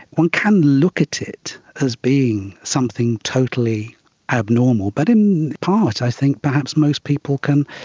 one can look at it as being something totally abnormal, but in part i think perhaps most people can